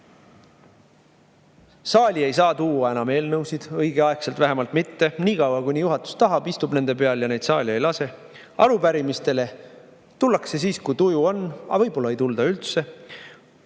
Saali ei saa tuua enam eelnõusid õigeaegselt, vähemalt mitte niikaua, kuni juhatus tahab nende peal istuda ja neid saali ei lase. Arupärimistele tullakse [vastama] siis, kui tuju on, aga võib-olla ei tulda üldse.